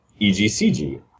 egcg